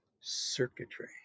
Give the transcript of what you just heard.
circuitry